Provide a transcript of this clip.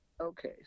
Okay